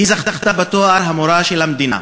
היא זכתה בתואר "המורה של המדינה".